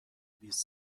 بیست